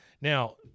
Now